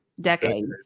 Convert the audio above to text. decades